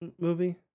movie